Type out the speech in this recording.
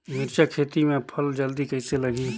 मिरचा खेती मां फल जल्दी कइसे लगही?